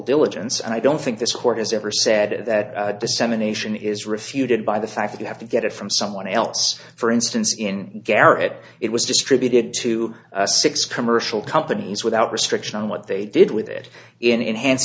diligence and i don't think this court has ever said that dissemination is refuted by the fact that you have to get it for someone else for instance in garrett it was distributed to six commercial companies without restriction on what they did with it in enhanced